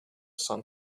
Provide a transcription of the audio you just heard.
sun